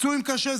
פצועים קשה,